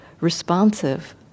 responsive